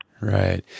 Right